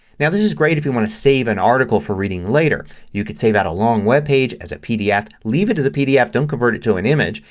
now this is great if you want to save an article for reading later. you can save that as a long webpage as a pdf. leave it as a pdf. don't convert it to an image.